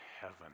heaven